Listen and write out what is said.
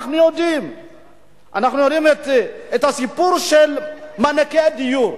אנחנו יודעים את הסיפור של מענקי הדיור.